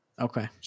Okay